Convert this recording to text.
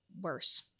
worse